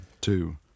two